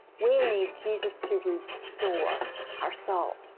we need jesus to restore our souls.